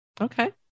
Okay